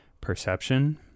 perception